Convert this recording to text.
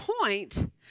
point